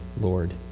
Lord